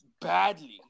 badly